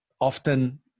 often